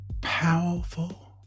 powerful